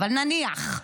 אבל נניח.